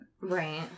right